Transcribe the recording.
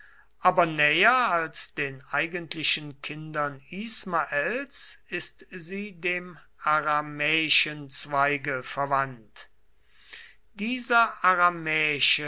aber näher als den eigentlichen kindern ismaels ist sie dem aramäischen zweige verwandt dieser